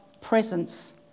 presence